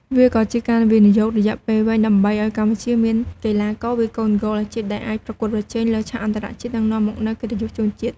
វាក៏ជាការវិនិយោគរយៈពេលវែងដើម្បីឲ្យកម្ពុជាមានកីឡាករវាយកូនហ្គោលអាជីពដែលអាចប្រកួតប្រជែងលើឆាកអន្តរជាតិ និងនាំមកនូវកិត្តិយសជូនជាតិ។